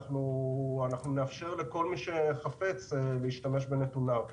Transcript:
נאפשר לכל מי שחפץ להשתמש בנתוניו.